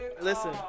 Listen